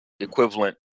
equivalent